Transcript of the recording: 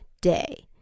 day